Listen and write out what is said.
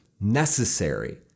necessary